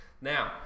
Now